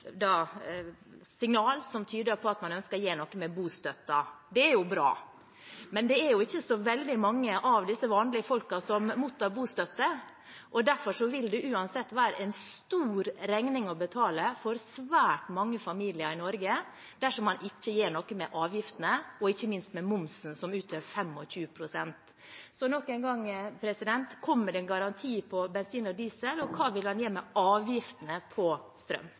som tyder på at man ønsker å gjøre noe med bostøtten. Det er jo bra, men det er ikke så veldig mange av disse vanlige folkene som mottar bostøtte, og derfor vil det uansett være en stor regning å betale for svært mange familier i Norge dersom man ikke gjør noe med avgiftene, og ikke minst med momsen, som utgjør 25 pst. Så nok en gang: Kommer det en garanti for bensin og diesel, og hva vil man gjøre med avgiftene på strøm?